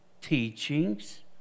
teachings